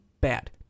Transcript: Bad